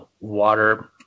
water